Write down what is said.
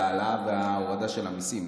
על ההעלאה וההורדה של המיסים,